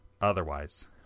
otherwise